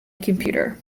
computer